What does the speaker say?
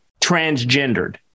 transgendered